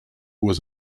was